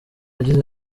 yagize